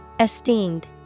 Esteemed